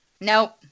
Nope